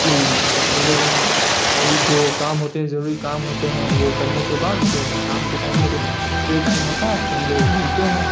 کہ پورے دن اور یہ جو کام ہوتے ہیں ضروری کام ہوتے ہیں وہ کرنے کے بعد جو شام کے ٹائم میں کچھ فری ٹائم ہوتا ہے تو ہم لوگ ملتے ہیں